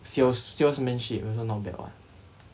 sales salesmanship also not bad [what]